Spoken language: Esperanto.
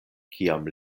kiam